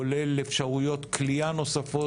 כולל אפשרות כליאה נוספות.